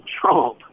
Trump